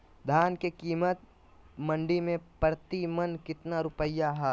धान के कीमत मंडी में प्रति मन कितना रुपया हाय?